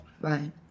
right